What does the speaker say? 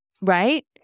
Right